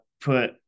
put